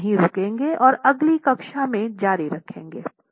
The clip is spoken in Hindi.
हम अगली कक्षा में जारी रखेंगे